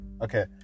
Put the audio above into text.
Okay